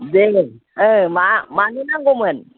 दे मा मानो नांगौमोन